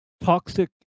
toxic